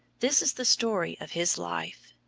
this is the story of his life.